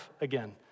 again